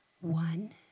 One